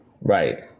Right